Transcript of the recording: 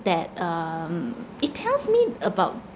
that um it tells me about